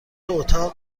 اتاق